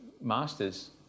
Masters